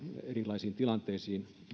erilaisiin tilanteisiin